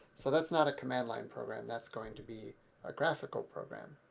so that's not a command line program, that's going to be a graphical program.